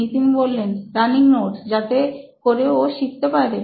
Nitin running notes যাতে করে ও শিখতে পারে